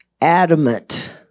adamant